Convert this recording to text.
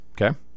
Okay